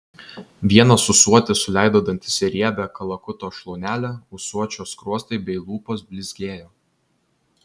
vienas ūsuotis suleido dantis į riebią kalakuto šlaunelę ūsuočio skruostai bei lūpos blizgėjo